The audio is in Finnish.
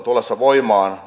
tullessa voimaan